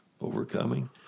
overcoming